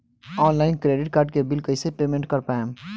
Online credit card के bill कइसे payment कर पाएम?